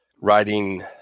writing